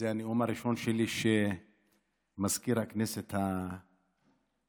הנאום הראשון שלי כשמזכיר הכנסת החדש